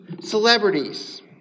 celebrities